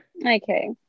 Okay